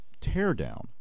teardown